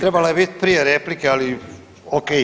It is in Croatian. Trebala je biti prije replike, ali ok.